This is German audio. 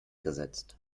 gesetzt